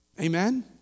Amen